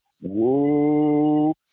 whoa